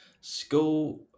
School